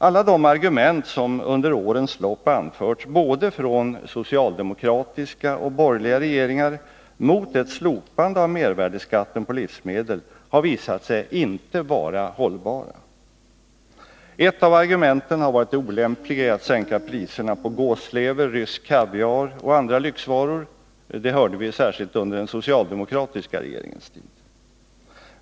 Alla de argument som under årens lopp anförts från både socialdemokratiska och borgerliga regeringar mot ett slopande av mervärdeskatten på livsmedel har visat sig vara ohållbara. Ett av argumenten har varit det olämpliga i att sänka priserna på gåslever, rysk kaviar och andra lyxvaror — det hörde vi särskilt under den socialdemokratiska regeringens tid.